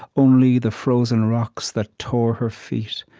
only the frozen rocks that tore her feet,